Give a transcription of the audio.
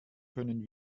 können